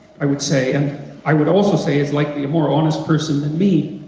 i would say, and i would also say it's like the more honest person than me.